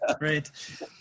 right